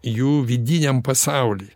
jų vidiniam pasauly